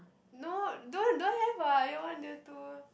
no don't don't have what year one year two